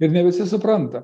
ir ne visi supranta